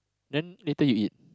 then later you eat